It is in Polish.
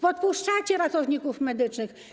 Podpuszczacie ratowników medycznych.